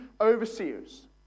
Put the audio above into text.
overseers